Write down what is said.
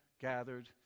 gathered